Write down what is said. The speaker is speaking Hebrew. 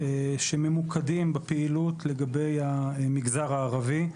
שממוקדים בפעילות לגבי המגזר הערבי.